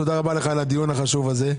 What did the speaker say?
תודה רבה לך על הדיון החשוב הזה.